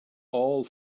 all